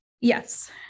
Yes